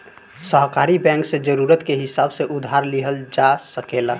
सहकारी बैंक से जरूरत के हिसाब से उधार लिहल जा सकेला